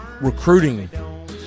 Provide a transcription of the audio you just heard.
recruiting